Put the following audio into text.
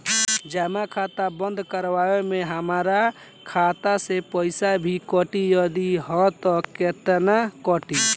जमा खाता बंद करवावे मे हमरा खाता से पईसा भी कटी यदि हा त केतना कटी?